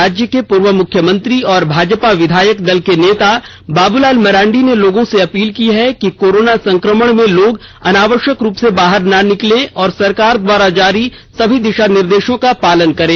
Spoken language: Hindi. राज्य के पूर्व मुख्यमंत्री और भाजपा विधायक दल के नेता बाबूलाल मरांडी ने लोगों से अपील की है कि कोरोना संकमण में लोग अनावष्यक रूप से बाहर ना निकले और सरकार द्वारा जारी सभी दिषा निर्देषों का पालन करें